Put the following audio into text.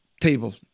table